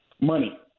money